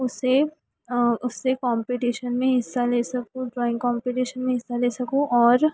उससे उससे कोम्पटीशन में हिस्सा ले सकूँ ड्राइंग कोम्पटीशन में हिस्सा ले सकूँ और